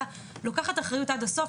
אלא לוקחת אחריות עד הסוף,